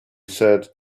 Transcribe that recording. said